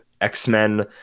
X-Men